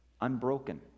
unbroken